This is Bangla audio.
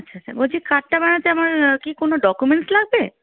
আচ্ছা আচ্ছা বলছি কার্ডটা বানাতে আমার কি কোনো ডকুমেন্টস লাগবে